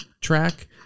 track